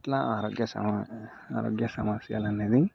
అట్లా ఆరోగ్య సమా ఆరోగ్య సమస్యలు అనేది